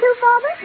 Father